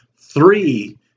three